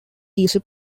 easy